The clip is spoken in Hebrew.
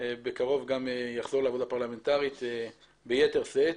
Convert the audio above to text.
גם יחזור לעבודה פרלמנטרית ביתר שאת.